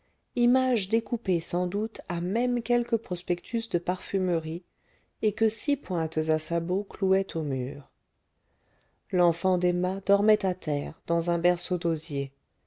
image découpée sans doute à même quelque prospectus de parfumerie et que six pointes à sabot clouaient au mur l'enfant d'emma dormait à terre dans un berceau d'osier